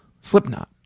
Slipknot